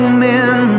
men